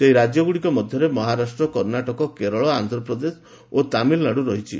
ସେହି ରାଜ୍ୟଗୁଡ଼ିକ ମଧ୍ୟରେ ମହାରାଷ୍ଟ୍ର କର୍ଣ୍ଣାଟକ କେରଳ ଆନ୍ଧ୍ରପ୍ରଦେଶ ଓ ତାମିଲନାଡୁ ରହିଛି